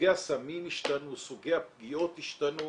סוגי הסמים השתנו, סוגי הפגיעות השתנו.